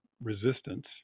resistance